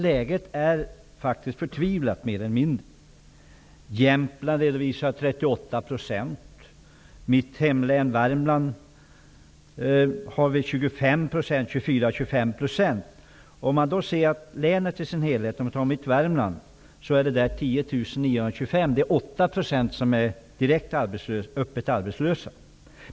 Läget är faktiskt mer eller mindre förtvivlat. Jämtland redovisar en arbetslöshet på 24--25 %. I länet som helhet är 10 925 personer, dvs. 8 %, öppet arbetslösa.